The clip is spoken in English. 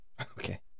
Okay